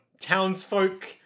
townsfolk